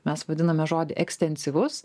mes vadiname žodį ekstensyvus